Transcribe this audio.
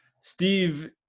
steve